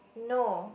no